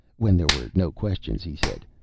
when there were no questions, he said,